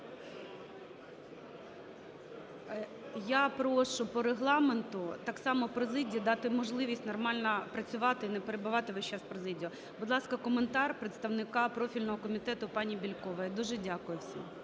Я прошу по Регламенту так само президії дати можливість нормально працювати, не перебивати весь час президію. Будь ласка, коментар представника профільного комітету пані Бєлькової. Дуже дякую всім.